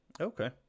Okay